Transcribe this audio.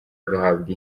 agahabwa